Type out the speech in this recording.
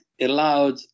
allowed